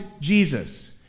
Jesus